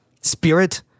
spirit